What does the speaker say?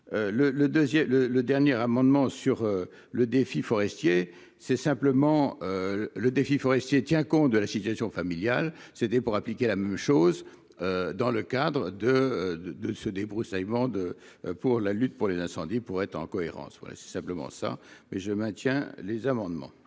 le dernier amendement sur le défi forestier c'est simplement. Le défi Forestier tient compte de la situation familiale. C'était pour appliquer la même chose. Dans le cadre de de de ce débroussaillement de pour la lutte pour les incendies, pour être en cohérence. Ouais, c'est simplement ça. Mais je maintiens les amendements.